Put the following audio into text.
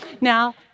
Now